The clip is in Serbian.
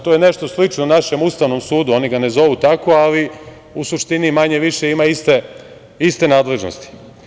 To je nešto slično našem Ustavom sudu, oni ga ne zovu tako, ali u suštini manje-više ima iste nadležnosti.